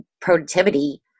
productivity